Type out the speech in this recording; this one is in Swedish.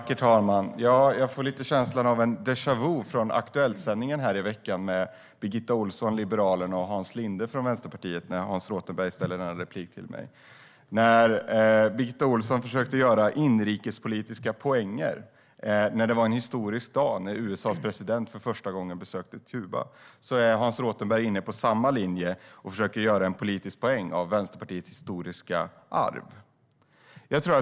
Herr talman! Jag får en känsla av déjà vu från Aktuellt sändningen i veckan med Birgitta Ohlsson från Liberalerna och Hans Linde från Vänsterpartiet när Hans Rothenberg begär replik på mig. Birgitta Ohlsson försökte ta inrikespolitiska poänger på en historisk dag när USA:s president för första gången besökte Kuba. Hans Rothenberg är inne på samma linje och försöker göra en politisk poäng av Vänsterpartiets historiska arv.